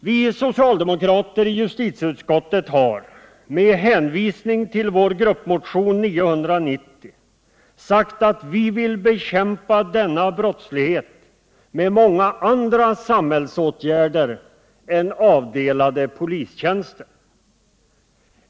Vi socialdemokrater i justitieutskottet har, med hänvisning till vår gruppmotion 990, sagt att vi vill bekämpa denna brottslighet med många andra samhällsåtgärder än avdelade polistjänster.